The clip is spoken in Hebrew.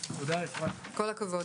הישיבה ננעלה בשעה